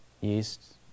Yeast